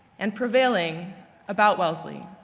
and prevailing about wellesley